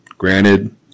Granted